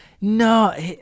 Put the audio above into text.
No